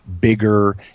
bigger